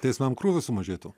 teismam krūvis sumažėtų